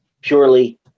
purely